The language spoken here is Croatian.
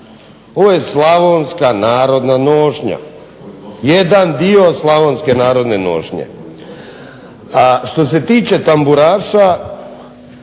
ovo je Slavonska narodna nošnja, jedan dio Slavonske narodne nošnje. A što se tiče tamburaša